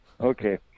Okay